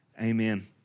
Amen